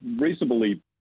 reasonably